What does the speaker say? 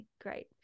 Great